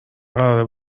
قراره